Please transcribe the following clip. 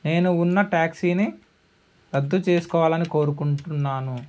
నేను ఉన్న ట్యాక్సీని రద్దు చేసుకోవాలని కోరుకుంటున్నాను